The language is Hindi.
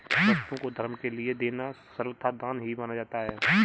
वस्तुओं को धर्म के लिये देना सर्वथा दान ही माना जाता है